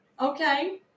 Okay